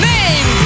Name